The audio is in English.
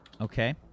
Okay